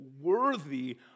worthy